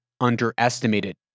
underestimated